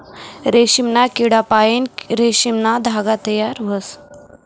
रेशीमना किडापाईन रेशीमना धागा तयार व्हस